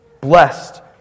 blessed